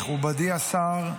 מכובדי השר,